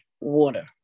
water